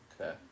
Okay